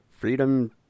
Freedom